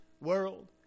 world